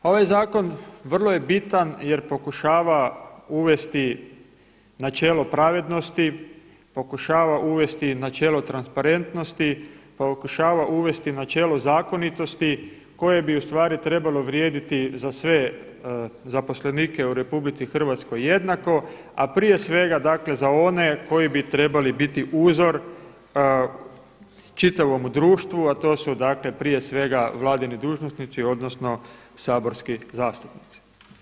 Ovaj zakon vrlo je bitan jer pokušava uvesti načelo pravednosti, pokušava uvesti načelo transparentnosti, pokušava uvesti načelo zakonitosti koje bi trebalo vrijediti za sve zaposlenike u RH jednako, a prije svega za one koji bi trebali biti uzor čitavom društvu, a to su prije svega vladini dužnosnici odnosno saborski zastupnici.